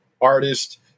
artist